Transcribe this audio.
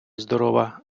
здорова